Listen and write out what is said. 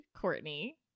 Courtney